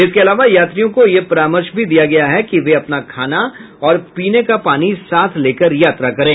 इसके अलावा यात्रियों को यह परामर्श दिया गया है कि वे अपना खाना और पीने का पानी साथ लेकर यात्रा करें